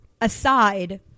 Aside